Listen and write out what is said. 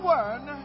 one